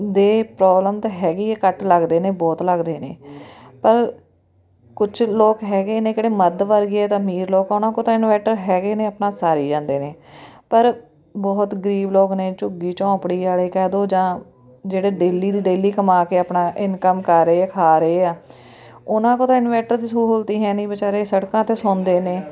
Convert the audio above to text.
ਦੇ ਪ੍ਰੋਬਲਮ ਤਾਂ ਹੈਗੀ ਹੈ ਕੱਟ ਲੱਗਦੇ ਨੇ ਬਹੁਤ ਲੱਗਦੇ ਨੇ ਪਰ ਕੁਛ ਲੋਕ ਹੈਗੇ ਨੇ ਕਿਹੜੇ ਮੱਧ ਵਰਗੀ ਹੈ ਤਾਂ ਅਮੀਰ ਲੋਕ ਉਹਨਾਂ ਕੋਲ ਤਾਂ ਇੰਨਵਾਈਟਰ ਹੈਗੇ ਨੇ ਆਪਣਾ ਸਾਰੀ ਜਾਂਦੇ ਨੇ ਪਰ ਬਹੁਤ ਗਰੀਬ ਲੋਕ ਨੇ ਝੁੱਗੀ ਝੋਂਪੜੀ ਵਾਲੇ ਕਹਿ ਦਉ ਜਾਂ ਜਿਹੜੇ ਡੇਲੀ ਦੀ ਡੇਲੀ ਕਮਾ ਕੇ ਆਪਣਾ ਇਨਕਮ ਕਰ ਰਹੇ ਆ ਖਾ ਰਹੇ ਆ ਉਹਨਾਂ ਕੋਲ ਤਾਂ ਇਨਵੇਟਰ ਦੀ ਸਹੂਲਤ ਹੀ ਹੈ ਨਹੀਂ ਵਿਚਾਰੇ ਸੜਕਾਂ 'ਤੇ ਸੌਂਦੇ ਨੇ